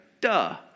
duh